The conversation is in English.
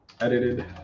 Edited